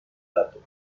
dato